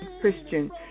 Christian